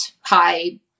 high